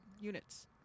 units